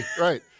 right